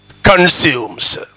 Consumes